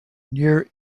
near